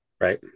Right